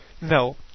No